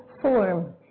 form